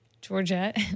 Georgette